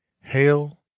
hail